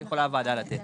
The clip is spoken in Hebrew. שהוועדה יכולה לתת.